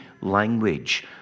language